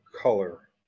color